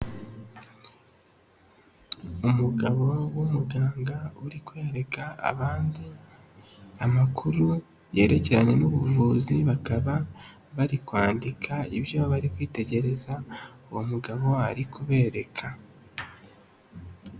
Umugabo w'umuganga uri kwereka abandi amakuru yerekeranye n'ubuvuzi, bakaba bari kwandika ibyo bari kwitegereza uwo mugabo ari kubereka.